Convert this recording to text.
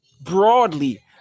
broadly